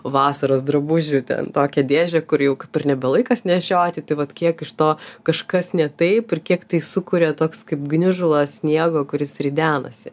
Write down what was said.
vasaros drabužių ten tokią dėžę kur jau nebe laikas nešioti tai vat kiek iš to kažkas ne taip ir kiek tai sukuria toks kaip gniužulas sniego kuris ridenasi